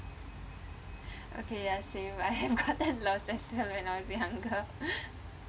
okay ya same I have gotten lost as well when I was younger